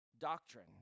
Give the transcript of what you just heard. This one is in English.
doctrine